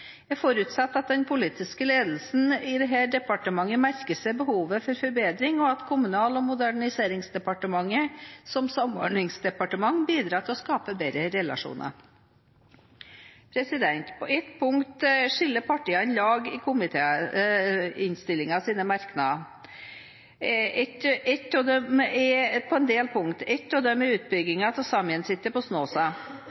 Jeg forutsetter at den politiske ledelsen i dette departementet merker seg behovet for forbedring, og at Kommunal- og moderniseringsdepartementet, som samordningsdepartement, bidrar til å skape bedre relasjoner. På en del punkter skiller partiene lag i komitéinnstillingens merknader. Ett av dem er utbyggingen av Saemien Sijte på Snåsa.